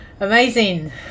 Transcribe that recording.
amazing